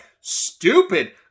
stupid